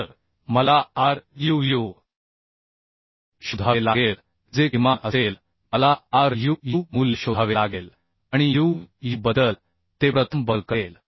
तर मला Ruu शोधावे लागेल जे किमान असेल मला Ruu मूल्य शोधावे लागेल आणि uu बद्दल ते प्रथम बकल करेल